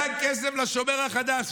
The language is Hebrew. ונתן כסף לשומר החדש.